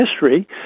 history